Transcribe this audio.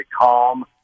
calm